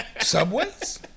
Subways